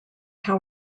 how